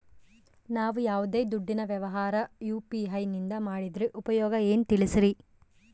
ನಾವು ಯಾವ್ದೇ ದುಡ್ಡಿನ ವ್ಯವಹಾರ ಯು.ಪಿ.ಐ ನಿಂದ ಮಾಡಿದ್ರೆ ಉಪಯೋಗ ಏನು ತಿಳಿಸ್ರಿ?